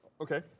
Okay